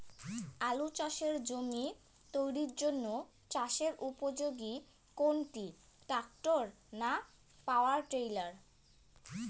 আলু চাষের জমি তৈরির জন্য চাষের উপযোগী কোনটি ট্রাক্টর না পাওয়ার টিলার?